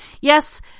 Yes